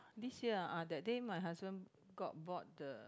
this year ah that day my husband got bought the